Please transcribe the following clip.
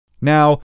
Now